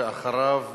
אחריו,